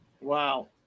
Wow